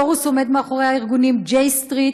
סורוס עומד מאחורי הארגונים ג'יי סטריט